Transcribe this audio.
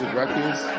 records